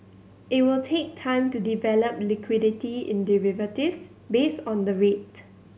it will take time to develop liquidity in derivatives based on the rate